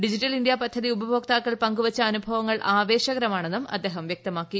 digital India പദ്ധതി ഉപുഭ്യോക്താക്കൾ പങ്കു വച്ച അനുഭവങ്ങൾ ആവേശകരമാണെന്നും അദ്ദേഹം പറഞ്ഞു